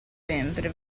sempre